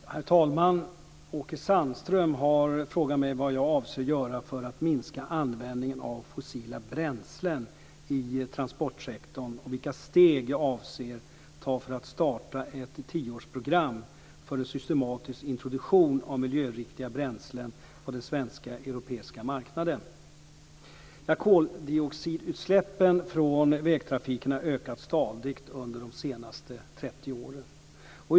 Herr talman! Åke Sandström har frågat mig vad jag avser göra för att minska användningen av fossila bränslen i transportsektorn och vilka steg jag avser att ta för att starta ett tioårsprogram för en systematisk introduktion av miljöriktiga bränslen på den svenska och europeiska marknaden. Koldioxidutsläppen från vägtrafiken har ökat stadigt under de senaste 30 åren.